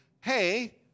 Hey